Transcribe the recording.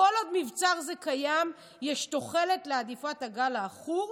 כל עוד מבצר זה קיים, יש תוחלת להדיפת הגל העכור.